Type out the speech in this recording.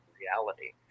reality